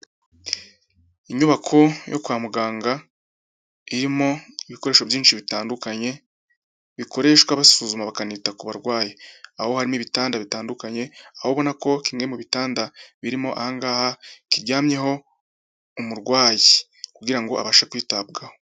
Inyubako yo kwa muganga irimo ibikoresho byinshi bitandukanye, bikoreshwa basuzuma bakanita ku barwayi aho harimo n'ibitanda bitandukanye, aho ubona ko kimwe mu bitanda birimo aha ngaha kiryamyeho umurwayi kugira ngo abashe kwitabwaho.